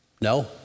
No